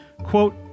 quote